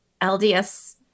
LDS